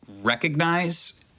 recognize